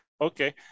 Okay